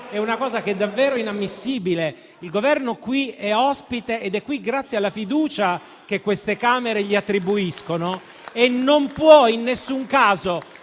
è una cosa davvero inammissibile. Il Governo qui è ospite ed è qui grazie alla fiducia che queste Camere gli attribuiscono: non può in nessun caso,